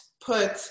put